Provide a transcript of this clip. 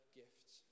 gifts